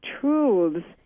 truths